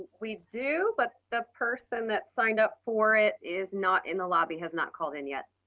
we do, but the person that signed up for it is not in the lobby has not called in yet.